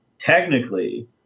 Technically